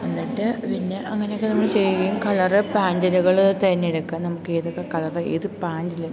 എന്നിട്ട് പിന്നെ അങ്ങനെയൊക്കെ നമ്മൾ ചെയ്യുകയും കളർ പാൻറ്റലുകൾ തിരഞ്ഞെടുക്കുക നമുക്കേതൊക്കെ കളർ ഏതു പാൻറ്റിൽ